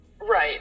Right